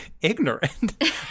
ignorant